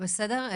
בסדר,